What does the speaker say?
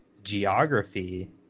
Geography